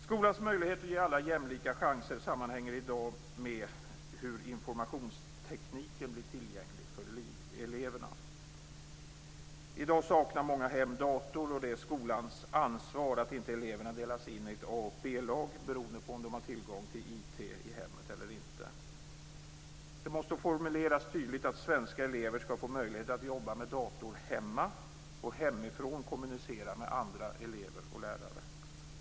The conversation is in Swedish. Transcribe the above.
Skolans möjlighet att ge alla jämlika chanser sammanhänger med hur informationstekniken blir tillgänglig för eleverna. I dag saknar många hem dator, och det är skolans ansvar att eleverna inte delas in i ett A-lag och ett B-lag beroende på om de har tillgång till IT i hemmet eller inte. Det måste formuleras tydligt att svenska elever skall få möjlighet att jobba med dator hemma och hemifrån kommunicera med andra elever och lärare.